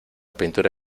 pintura